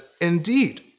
indeed